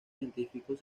científicos